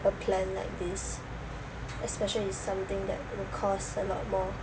a plan like this especially is something that will cost a lot more